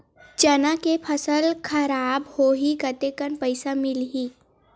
चना के फसल खराब होही कतेकन पईसा मिलही?